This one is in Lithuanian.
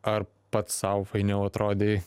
ar pats sau fainiau atrodei